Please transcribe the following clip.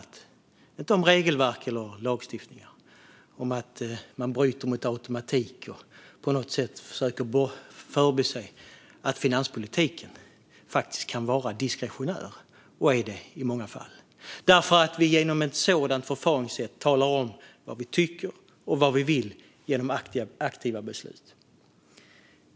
Det handlar inte om regelverk eller lagstiftning eller om att bryta automatik. På något sätt försöker man förbise att finanspolitiken faktiskt kan vara diskretionär - och i många fall är det. Genom ett sådant förfarande talar vi nämligen om vad vi tycker och vad vi vill, genom aktiva beslut.